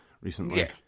recently